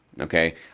Okay